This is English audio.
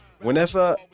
whenever